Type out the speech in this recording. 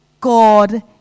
God